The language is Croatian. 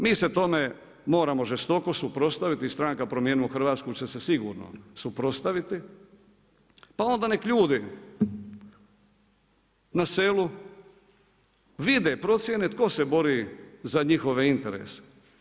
Mi se tome moramo žestoko suprotstaviti, stranka Promijenimo Hrvatska će se sigurno suprotstaviti, pa onda nek ljudi na selu vide i procijene tko se bori za njihove interese.